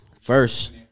first